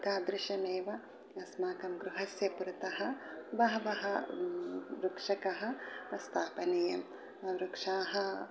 तादृशमेव अस्माकं गृहस्य पुरतः बहवः वृक्षकाः स्थापनीयाः वृक्षाः